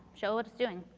show what it's doing.